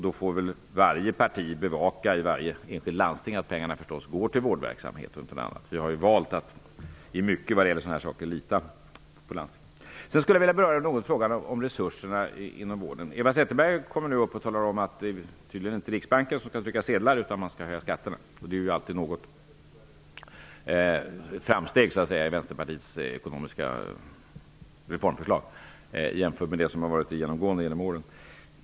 Då får väl varje parti i varje enskilt landsting bevaka att pengarna, förstås, går till vårdverksamhet och inte till någonting annat. Vi har ju valt att i mångt och mycket lita på landstinget när det gäller sådana här saker. Sedan skulle jag något vilja beröra frågan om resurserna inom vården. Eva Zetterberg säger nu att det tydligen inte handlar om att Riksbanken skall trycka sedlar. I stället skall skatterna höjas. Det är ju alltid ett framsteg i fråga om jämfört med vad som genomgående gällt under årens lopp.